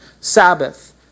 Sabbath